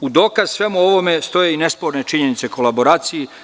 U dokaz svemu ovome stoje i nesporne činjenice kolaboraciji.